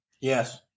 Yes